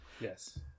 Yes